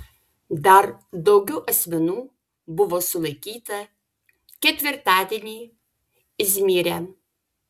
dar daugiau asmenų buvo sulaikyta ketvirtadienį izmyre